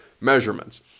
measurements